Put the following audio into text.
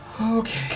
Okay